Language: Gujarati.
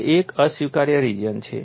તે એક અસ્વીકાર્ય રિજિયન છે